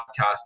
podcast